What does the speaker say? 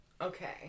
Okay